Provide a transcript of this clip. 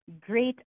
great